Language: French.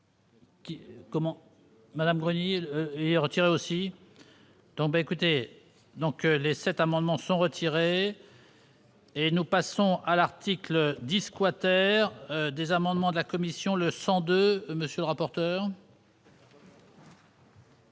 Madame Voynet et retirée aussi écoutez donc les 7 amendements sont retirés. Et nous passons à l'article 10 squatter des amendements de la commission, le sens de monsieur le rapporteur.